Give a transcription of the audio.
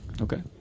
Okay